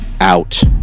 out